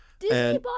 Disney